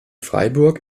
freiburg